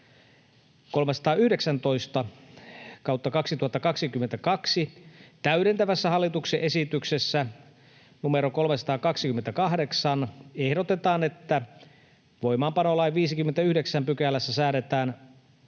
319/2022 täydentävässä hallituksen esityksessä numero 328 ehdotetaan, että voimaanpanolain 59 §:ssä säädetään